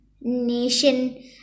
Nation